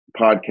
podcast